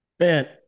Man